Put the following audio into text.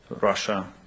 Russia